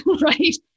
right